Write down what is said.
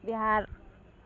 Bihar